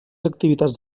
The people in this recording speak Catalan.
activitats